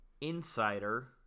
Insider